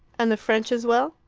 and the french as well?